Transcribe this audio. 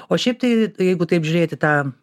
o šiaip tai jeigu taip žiūrėt į tą